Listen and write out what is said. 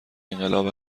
انقلاب